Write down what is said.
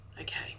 okay